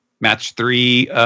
match-three